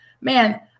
Man